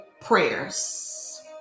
prayers